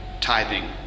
tithing